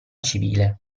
civile